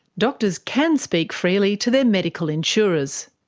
doctors can speak freely to their medical insurers.